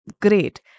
great